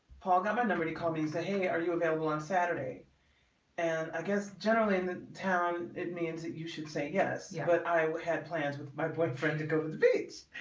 paul government nobody called me say hey are you available on saturday and i guess generally in the town it means that you should say yes yeah but i had plans with my boyfriend to go to the beach.